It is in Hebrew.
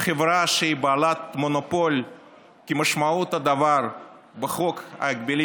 חברה שהיא בעלת מונופול כמשמעות הדבר בחוק ההגבלים